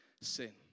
sin